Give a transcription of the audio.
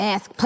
Ask